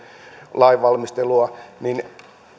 lainvalmistelua niin